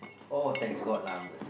oh thanks god lah